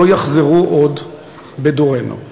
לא יחזרו עוד בדורנו.